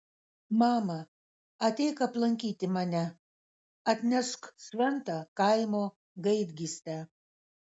mama ateik aplankyti mane atnešk šventą kaimo gaidgystę